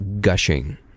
gushing